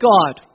God